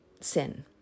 sin